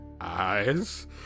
Eyes